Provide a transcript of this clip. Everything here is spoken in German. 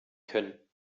können